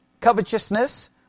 covetousness